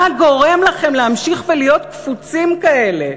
מה גורם לכם להמשיך ולהיות קפוצים כאלה?